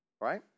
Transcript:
right